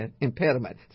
impediment